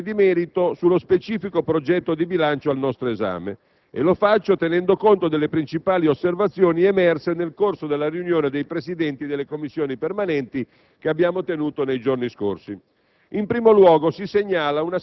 Vengo ora ad alcune considerazioni di merito sullo specifico progetto di bilancio al nostro esame. Lo faccio tenendo conto delle principali osservazioni emerse nel corso della riunione dei Presidenti delle Commissioni permanenti tenutasi nei giorni scorsi.